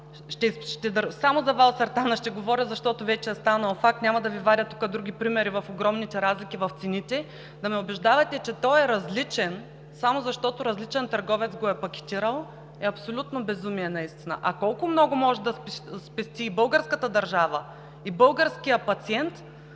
ще говоря, защото вече е станал факт, няма да Ви вадя други примери с огромните разлики в цените, да ме убеждавате, че той е различен, само защото различен търговец го е пакетирал, е наистина абсолютно безумие. А колко много може да спести и българската държава, и българският пациент